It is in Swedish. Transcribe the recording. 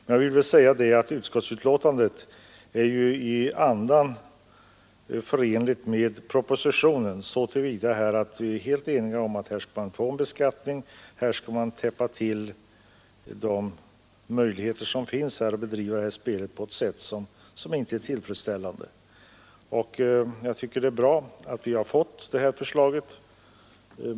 Andemeningen i betänkandet är dock densamma som i propositionen; vi är sålunda helt överens om att en beskattning skall införas och att möjligheterna att bedriva spel på ett icke tillfredsställande sätt skall avlägsnas. Jag tycket det är bra att vi har fått det här förslaget.